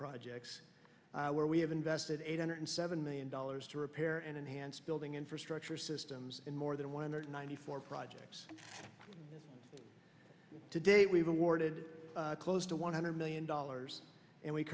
projects where we have invested eight hundred seven million dollars to repair and enhance building infrastructure systems and more than one hundred ninety four projects today we've awarded close to one hundred million dollars and we